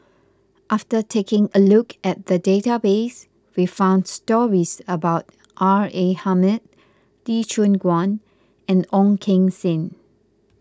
after taking a look at the database we found stories about R A Hamid Lee Choon Guan and Ong Keng Sen